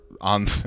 on